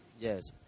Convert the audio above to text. Yes